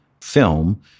film